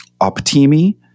Optimi